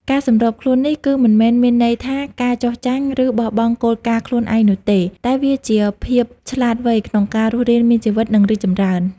ការសម្របខ្លួននេះ គឺមិនមែនមានន័យថាការចុះចាញ់ ឬបោះបង់គោលការណ៍ខ្លួនឯងនោះទេ តែវាជាភាពឆ្លាតវៃក្នុងការរស់រានមានជីវិត និងរីកចម្រើន។